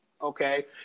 Okay